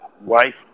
wife